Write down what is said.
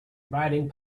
riding